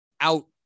out